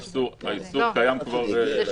קיים כבר 30 שנה.